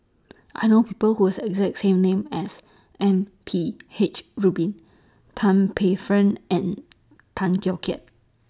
I know People Who Have The exact name as M P H Rubin Tan Paey Fern and Tay Teow Kiat